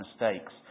mistakes